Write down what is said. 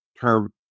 term